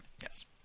yes